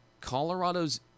Colorado's